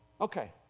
okay